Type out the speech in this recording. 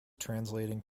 translating